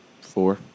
Four